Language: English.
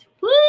Woo